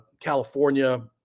California